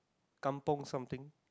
kampung something